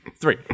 three